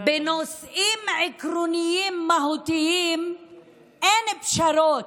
בנושאים עקרוניים מהותיים אין פשרות,